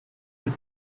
were